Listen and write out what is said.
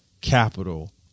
capital